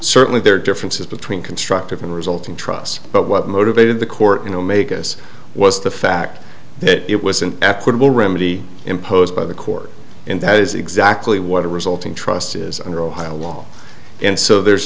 certainly there are differences between constructive and resulting trusts but what motivated the court you know make us was the fact that it was an equitable remedy imposed by the court and that is exactly what a resulting trust is under ohio law and so there's